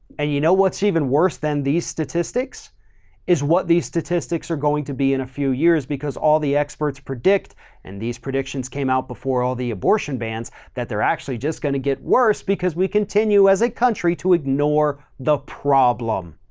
and you know what's even worse than these statistics is what these statistics are going to be in a few years because all the experts predict and these predictions came out before all the abortion bans that they're actually just going to get worse because we continue as a country to ignore the problem